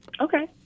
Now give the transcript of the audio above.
Okay